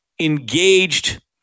engaged